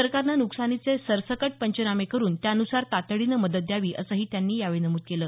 सरकारनं न्कसानीची सरसकट पहाणी करावी आणि त्यानुसार तातडीनं मदत द्यावी असंही त्यांनी यावेळी नमुद केलं